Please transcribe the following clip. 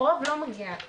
הרוב לא מגיע ל-105,